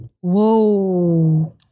Whoa